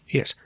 Yes